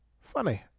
Funny